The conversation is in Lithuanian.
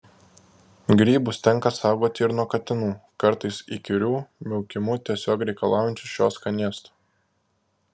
grybus tenka saugoti ir nuo katinų kartais įkyriu miaukimu tiesiog reikalaujančių šio skanėsto